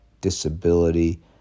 disability